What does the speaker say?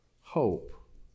hope